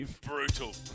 Brutal